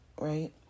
right